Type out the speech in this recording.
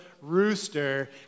rooster